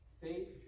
Faith